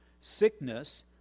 sickness